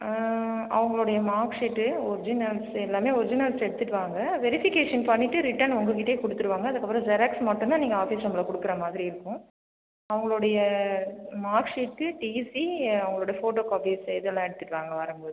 அவங்களோடைய mark sheet originals எல்லாமே originals எடுத்துகிட்டு வாங்க வெரிஃபிகேஷன் பண்ணிவிட்டு ரிட்டன் உங்கள்கிட்டே கொடுத்துருவாங்க அதுக்கப்புறம் ஜெராக்ஸ் மட்டும்தான் நீங்கள் ஆஃபீஸ் ரூமில் கொடுக்குற மாதிரி இருக்கும் அவங்களோடைய மார்க் ஷீட்டு டிசி அவங்களோட ஃபோட்டோ காப்பீஸ் இதெல்லாம் எடுத்துகிட்டு வாங்க வரும்போது